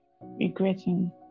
regretting